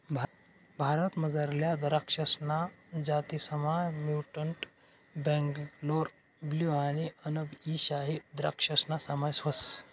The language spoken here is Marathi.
भारतमझारल्या दराक्षसना जातीसमा म्युटंट बेंगलोर ब्लू आणि अनब ई शाही द्रक्षासना समावेश व्हस